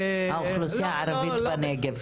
האוכלוסייה הערבית בנגב.